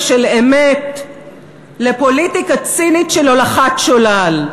של אמת לפוליטיקה צינית של הולכת שולל,